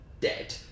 Dead